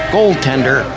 Goaltender